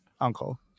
uncle